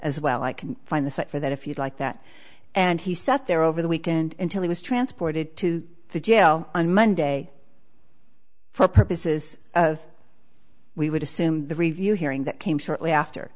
as well i can find the cite for that if you'd like that and he sat there over the weekend until he was transported to the jail on monday for purposes we would assume the review hearing that came shortly after